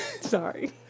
Sorry